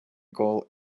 gall